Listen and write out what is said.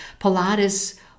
Pilates